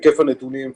היקף הנתונים,